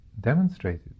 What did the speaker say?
demonstrated